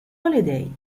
holiday